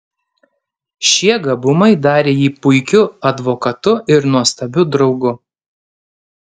šie gabumai darė jį puikiu advokatu ir nuostabiu draugu